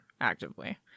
actively